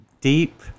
deep